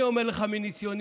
אני אומר לך מניסיוני,